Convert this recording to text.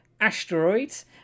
Asteroids